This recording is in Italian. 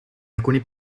alcuni